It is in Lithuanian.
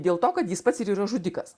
dėl to kad jis pats ir yra žudikas